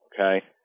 okay